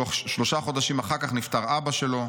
שלושה חודשים אחר כך נפטר אבא שלו.